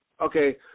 okay